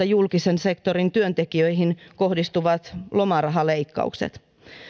julkisen sektorin työntekijään kohdistuvat lomarahaleikkaukset